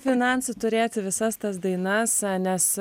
finansų turėti visas tas dainas nes